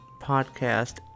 podcast